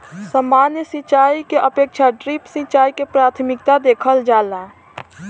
सामान्य सिंचाई के अपेक्षा ड्रिप सिंचाई के प्राथमिकता देवल जाला